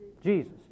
Jesus